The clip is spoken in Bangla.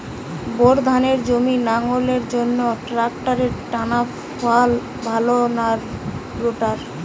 বোর ধানের জমি লাঙ্গলের জন্য ট্রাকটারের টানাফাল ভালো না রোটার?